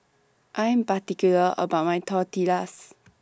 I'm particular about My Tortillas